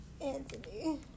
Anthony